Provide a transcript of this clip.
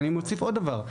אני מוסיף עוד דבר,